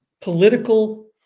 political